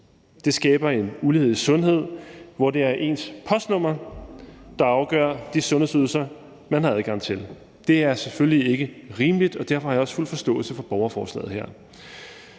Det skaber en ulighed i sundhed, hvor det er ens postnummer, der afgør de sundhedsydelser, man har adgang til. Det er selvfølgelig ikke rimeligt, og derfor har jeg også fuld forståelse for borgerforslaget her.